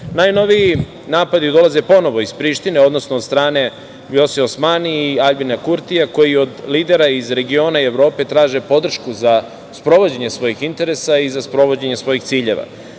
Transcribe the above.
Najnoviji napadi dolaze ponovo iz Prištine, odnosno od strane Vljose Osmani i Aljbina Kurtija koji od lidera iz regiona i Evrope traže podršku za sprovođenje svojih interesa i za sprovođenje svojih ciljeva. Tako